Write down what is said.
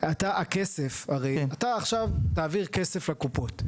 אתה עכשיו תעביר כסף לקופות,